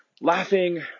laughing